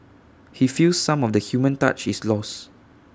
he feels some of the human touch is lost